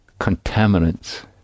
contaminants